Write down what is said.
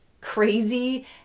crazy